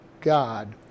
God